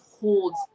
holds